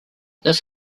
this